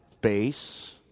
base